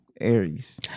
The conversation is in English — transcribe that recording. Aries